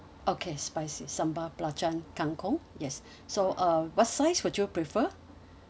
okay spicy sambal belacan kang kong yes so uh what size would you prefer